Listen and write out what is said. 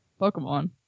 Pokemon